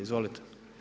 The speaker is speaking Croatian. Izvolite.